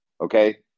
okay